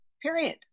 Period